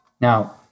Now